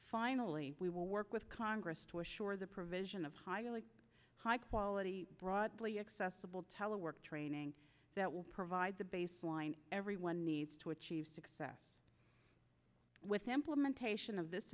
finally we will work with congress to assure the provision of highly high quality broadly accessible telework training that will provide the baseline everyone needs to achieve success with implementation and of this